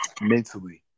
Mentally